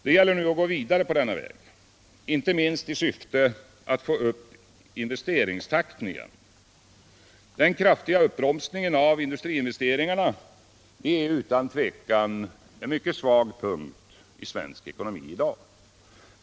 Det gäller nu att gå vidare på denna väg, inte minst i syfte att på nytt få upp investeringstakten. Den kraftiga uppbromsningen av industriinvesteringarna är utan tvivel en mycket svag punkt i svensk ekonomi i dag.